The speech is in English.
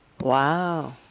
Wow